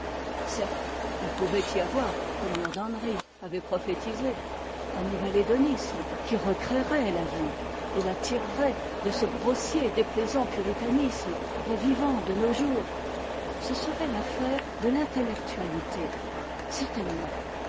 certes il pouvait y avoir comme lord henry l'avait prophétisé un nouvel hédonisme qui recréerait la vie et la tirerait de ce grossier et déplaisant puritanisme revivant de nos jours ce serait l'affaire de l'intellec tualité certainement